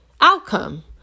outcome